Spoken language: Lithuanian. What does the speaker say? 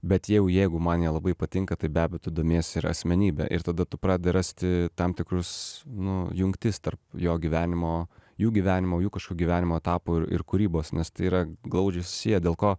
bet jau jeigu man jie labai patinka tai be abejo tu domiesi ir asmenybe ir tada tu pradedi rasti tam tikrus nu jungtis tarp jo gyvenimo jų gyvenimo jų kažkokių gyvenimo etapų ir kūrybos nes tai yra glaudžiai susiję dėl ko